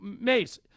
Mace